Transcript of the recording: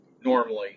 normally